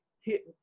hit